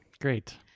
Great